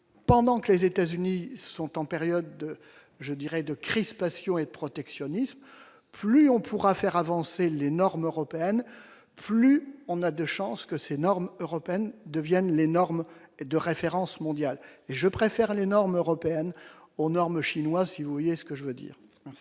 pendant que les États-Unis sont en période de je dirais de crispation et de protectionnisme, plus on pourra faire avancer les normes européennes, plus on a de chances que ces normes européennes deviennent les normes de référence mondiale, et je préfère les normes européennes aux normes chinois, si vous voyez ce que je veux dire.